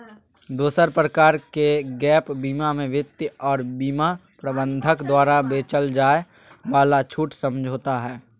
दोसर प्रकार के गैप बीमा मे वित्त आर बीमा प्रबंधक द्वारा बेचल जाय वाला छूट समझौता हय